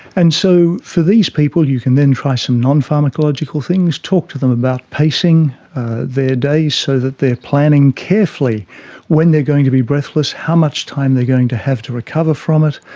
and so for these people you can then try some nonpharmacological things, talk to them about pacing their day so that they are planning carefully when they are going to be breathless, how much time they are going to have to recover from it.